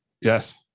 Yes